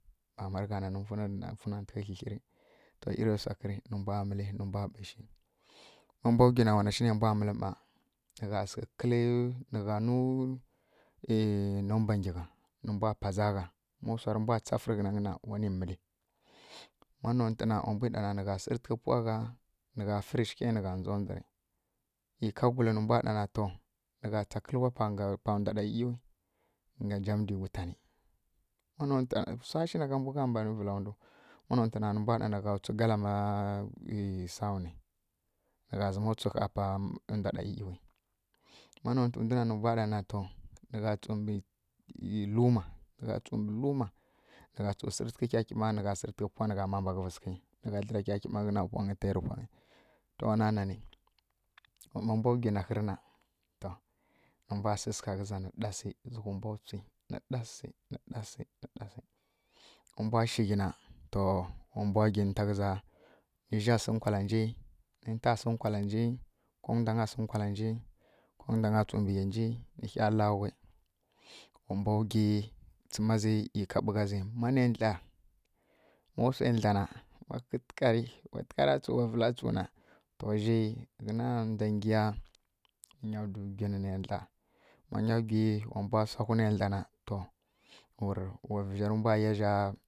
Tama rǝgha nanǝ nǝ mfuna ntǝghǝ klǝkli ri to iri wsaɦǝri nǝ mbwa mǝli nǝmbwa ɓushi ma mbwa wgi na wa nashi ne mbwa mǝlǝ ˈma, nǝ gha sǝghǝ kǝlǝ nǝ gha wnu nomba ngyi gha nembwa paza gha ma wsa rǝ mbwa tsafǝ rǝghǝnanyǝ na wani mǝli ma notǝna wa. bwi ɗana nǝgha sǝrintǝghe puwagha nǝgha fǝ rǝ shǝghai nǝgha ndzondzǝ ri ei kagulǝ nǝ mbwa ɗana to nǝ gha tsa kǝluwa pa nga ndwa ɗa iˈiwi nga njamdi gutani ma notǝ na wsashi nagha mbwu gha mbanǝ vǝla ndwu ma notǝna nǝmbwa ɗana nǝgha wtsi galama sawuni nǝ gha zǝma wtsiɦaa pa ndwa ɗa iˈiwi ma notǝ ndwi ˈmana nǝ mbwa ɗana nǝgha tsumbǝ luma tsumbǝ luma nǝgha tsu sirintǝghǝ kyeƙiɓa nǝ gha sirintǝghǝ puwa nǝ gha mbaghǝvǝ sǝghi nǝ gha dlǝra kyeƙiɓa ghǝtǝna puwangyi te rǝ pwangyi to wana nani ma mbwa wgi naɦǝrǝ na nǝ mbwa sǝgha ghǝza nǝ ɗassi nǝ ɗassi nǝ ɗassi to ma mbwa shi ghi na wa mbwa wgi ninta ghǝza nizja sǝ nkwalanji ninta sǝ nkwalanji kom wundanya si nkwalanji tǝ ndangǝ lǝwǝ wa mbwa gyi tsǝm zǝ ghǝtǝn ka bukǝ zǝ ma shǝ dla na ma ghǝtǝri wa tǝri tsu wa vǝla tsu na nǝ vǝla nda nyi ma mbwa gyi na dla na zǝ za